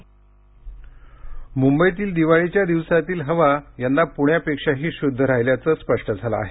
मंबई हवा मुंबईतील दिवाळीच्या दिवसातील हवा यंदा पुण्यापेक्षाही शुद्ध राहिल्याचं स्पष्ट झालं आहे